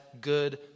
good